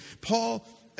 Paul